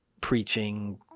preaching